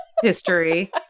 History